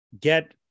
get